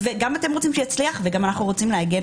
גם אתם רוצים שיצליח וגם אנחנו רוצים להגן